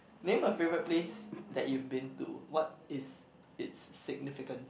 name a favourite place that you've been to what is it's significance